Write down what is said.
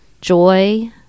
joy